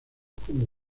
como